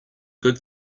good